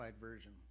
version